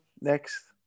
next